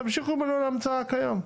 תמשיכו בנוהל ההמצאה הקיים.